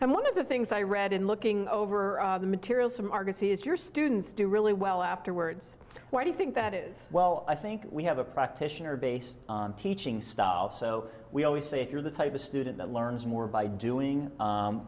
and one of the things i read in looking over the material some argosy is your students do really well afterwards why do you think that is well i think we have a practitioner based teaching style so we always say if you're the type a student learns more by doing